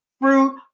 fruit